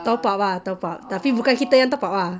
top up ah top up tapi bukan kita yang top up ah